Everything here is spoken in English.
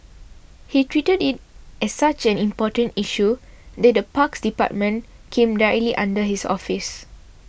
he treated it as such an important issue that the parks department came directly under his office